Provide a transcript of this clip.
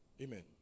Amen